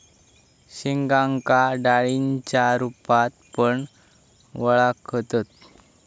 शेंगांका डाळींच्या रूपात पण वळाखतत